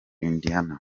indiana